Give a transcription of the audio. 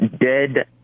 Dead